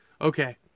Okay